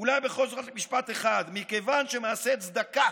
אולי בכל זאת רק משפט אחד: "כיוון שמעשי צדקה